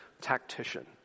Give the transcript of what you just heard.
tactician